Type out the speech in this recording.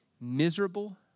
miserable